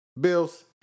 Bills